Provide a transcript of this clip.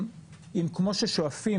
כמו ששואפים,